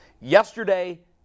Yesterday